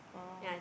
oh